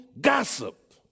gossip